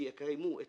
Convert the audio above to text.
שיקיימו את